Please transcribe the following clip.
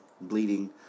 bleeding